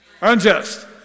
Unjust